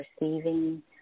receiving